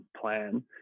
plan